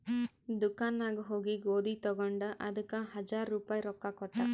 ದುಕಾನ್ ನಾಗ್ ಹೋಗಿ ಗೋದಿ ತಗೊಂಡ ಅದಕ್ ಹಜಾರ್ ರುಪಾಯಿ ರೊಕ್ಕಾ ಕೊಟ್ಟ